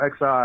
XI